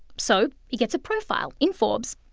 so he gets a profile in forbes.